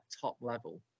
top-level